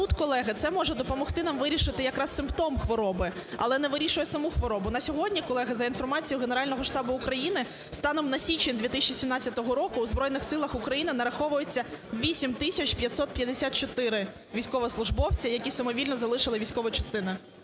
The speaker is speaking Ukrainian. тут, колеги, це може допомогти нам вирішити якраз симптом хвороби, але не вирішує саму хворобу. На сьогодні, колеги, за інформацією Генерального штабу України, станом на січень 2017 року в Збройних Силах України нараховується 8 тисяч 554 військовослужбовця, які самовільно залишили військові частини.